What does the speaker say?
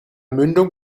mündung